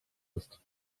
ist